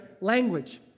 language